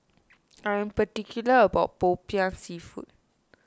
I am particular about Popiah Seafood